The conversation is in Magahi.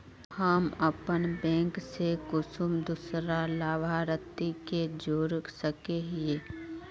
हम अपन बैंक से कुंसम दूसरा लाभारती के जोड़ सके हिय?